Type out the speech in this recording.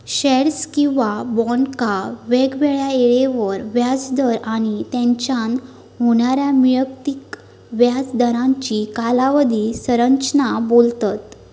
shares किंवा बॉन्डका वेगवेगळ्या येळेवर व्याज दर आणि तेच्यान होणाऱ्या मिळकतीक व्याज दरांची कालावधी संरचना बोलतत